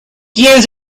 quien